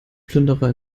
plünderer